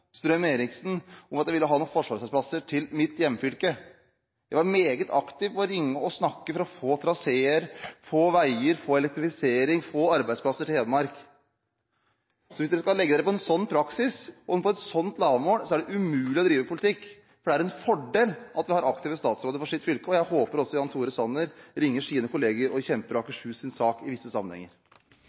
og Strøm-Erichsen om at jeg ville ha noen forsvarsarbeidsplasser til mitt hjemfylke. Jeg var meget aktiv ved å ringe og snakke for å få traseer, veier, elektrifisering og arbeidsplasser til Hedmark. Hvis de skal legge seg på en sånn praksis og et sånt lavmål, er det umulig å drive politikk. Det er en fordel at vi har aktive statsråder for sine fylker, og jeg håper også Jan Tore Sanner ringer sine kolleger og kjemper Akershus’ sak i visse sammenhenger.